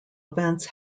events